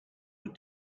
were